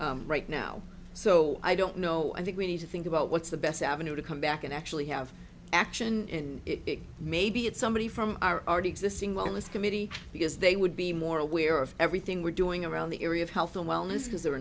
s right now so i don't know i think we need to think about what's the best avenue to come back and actually have action and maybe it's somebody from are already existing on this committee because they would be more aware of everything we're doing around the area of health and wellness